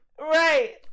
Right